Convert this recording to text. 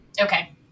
Okay